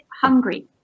hungry